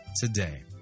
today